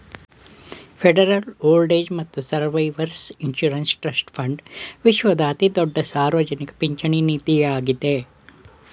federal old age ಮತ್ತು survivors insurance trust fund ವಿಶ್ವದ ಅತಿದೊಡ್ಡ ಸಾರ್ವಜನಿಕ ಪಿಂಚಣಿ ನಿಧಿಯಾಗಿದ್ದೆ